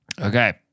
Okay